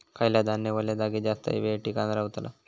खयला धान्य वल्या जागेत जास्त येळ टिकान रवतला?